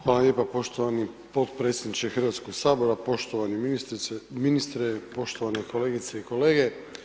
Hvala lijepa poštovani potpredsjedniče Hrvatskoga sabora, poštovani ministre, poštovane kolegice i kolege.